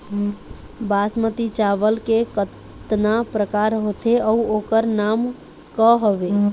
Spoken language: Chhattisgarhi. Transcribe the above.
बासमती चावल के कतना प्रकार होथे अउ ओकर नाम क हवे?